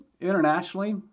internationally